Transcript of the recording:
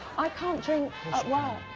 i can't don't